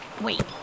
Wait